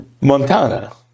Montana